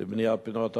לבניית פינות העבודה?